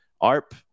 ARP